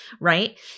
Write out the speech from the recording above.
Right